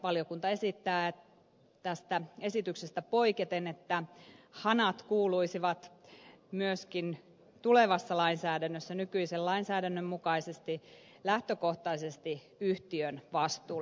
valiokunta esittää tästä esityksestä poiketen että hanat kuuluisivat myöskin tulevassa lainsäädännössä nykyisen lainsäädännön mukaisesti lähtökohtaisesti yhtiön vastuulle